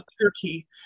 turkey